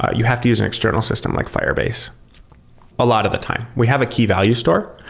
you have to use an external system like firebase a lot of the time. we have a key value store,